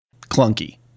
clunky